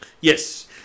Yes